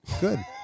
Good